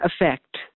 effect